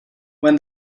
when